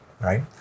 right